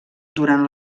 durant